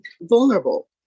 vulnerable